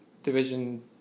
division